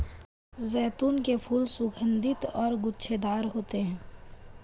जैतून के फूल सुगन्धित और गुच्छेदार होते हैं